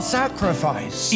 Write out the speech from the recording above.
sacrifice